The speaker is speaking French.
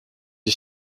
est